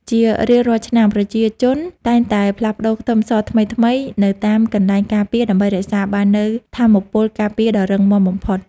ជារៀងរាល់ឆ្នាំប្រជាជនតែងតែផ្លាស់ប្តូរខ្ទឹមសថ្មីៗនៅតាមកន្លែងការពារដើម្បីរក្សាឱ្យបាននូវថាមពលការពារដ៏រឹងមាំបំផុត។